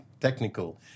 technical